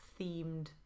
themed